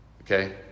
Okay